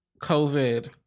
COVID